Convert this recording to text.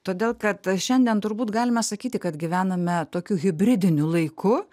todėl kad šiandien turbūt galime sakyti kad gyvename tokiu hibridiniu laiku